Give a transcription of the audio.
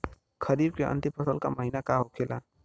खरीफ के अंतिम फसल का महीना का होखेला?